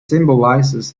symbolizes